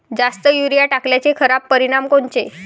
जास्त युरीया टाकल्याचे खराब परिनाम कोनचे?